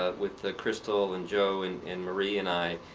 ah with ah crystal, and joe, and and marie and i,